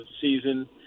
season